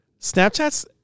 Snapchat's